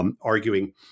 arguing